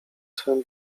twym